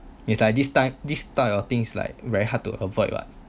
it's like this type this type of thing is like very hard to avoid lah